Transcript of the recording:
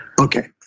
Okay